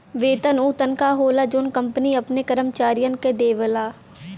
वेतन उ तनखा होला जौन कंपनी अपने कर्मचारियन के देवला